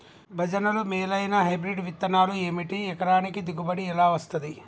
భజనలు మేలైనా హైబ్రిడ్ విత్తనాలు ఏమిటి? ఎకరానికి దిగుబడి ఎలా వస్తది?